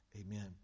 amen